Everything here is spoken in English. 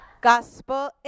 gospel